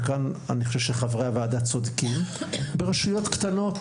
וכאן אני חושב שחברי הוועדה צודקים ברשויות קטנות,